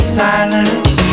silence